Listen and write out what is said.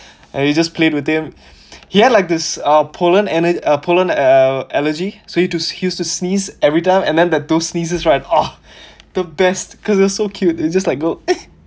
and you just played with him he had like this uh pollen ener~ uh pollen uh allergy so he used to used to sneeze every time and then the dog sneezes right !aww! the best cause it's so cute it just like go eh